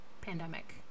pandemic